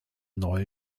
neue